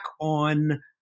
on